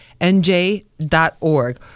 nj.org